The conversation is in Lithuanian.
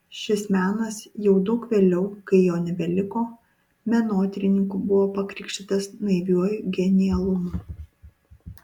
šis menas jau daug vėliau kai jo nebeliko menotyrininkų buvo pakrikštytas naiviuoju genialumu